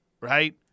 right